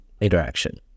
interaction